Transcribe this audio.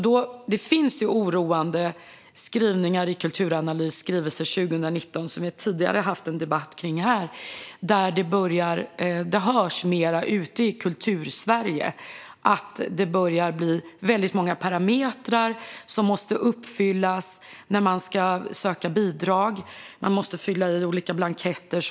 Det finns oroande skrivningar i Myndigheten för kulturanalys skrivelse från 2019, vilken vi har haft en debatt om här tidigare. Ute i Kultursverige hörs det mer om att det börjar bli väldigt många parametrar som måste uppfyllas när man ska söka bidrag. Man måste fylla i olika blanketter.